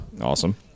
awesome